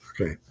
Okay